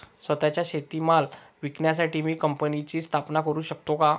स्वत:चा शेतीमाल विकण्यासाठी मी कंपनीची स्थापना करु शकतो का?